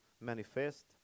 manifest